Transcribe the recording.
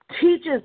teaches